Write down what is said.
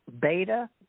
beta